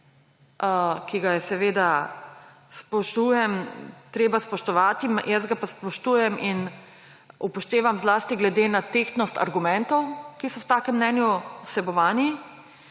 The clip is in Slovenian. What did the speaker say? ki ga je treba spoštovati, jaz ga pa spoštujem in upoštevam zlasti glede na tehtnost argumentov, ki so v takem mnenju vsebovani,